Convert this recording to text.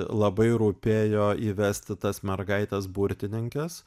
labai rūpėjo įvesti tas mergaites burtininkes